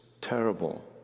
terrible